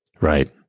Right